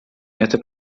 это